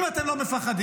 אם אתם לא מפחדים,